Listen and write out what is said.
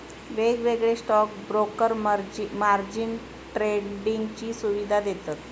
वेगवेगळे stock broker margin ट्रेडिंगची सुवीधा देतत